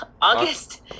August